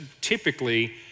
typically